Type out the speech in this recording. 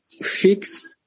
fix